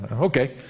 Okay